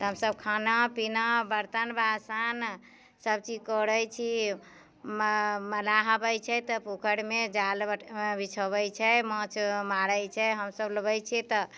तऽ हमसभ खाना पीना बर्तन बासन सभचीज करै छियै मऽ मलाह अबै छै तऽ पोखरिमे जाल बैठ बिछोबै छै माछ मारै छै हमसभ लबै छियै तऽ